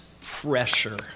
pressure